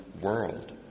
world